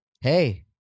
Hey